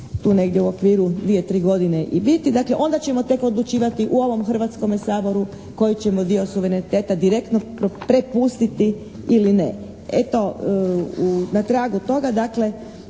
tu negdje u okviru 2, 3 godine i biti. Dakle, onda ćemo tek odlučivati u ovome Hrvatskome saboru koji ćemo dio suvereniteta direktno prepustiti ili ne. Eto, na tragu toga, dakle,